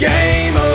Game